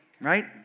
Right